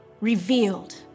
revealed